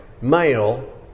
male